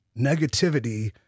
negativity